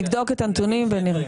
נבדוק את הנתונים ונראה.